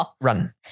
Run